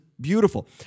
beautiful